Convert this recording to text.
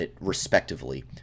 respectively